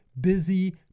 busy